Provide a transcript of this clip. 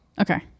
Okay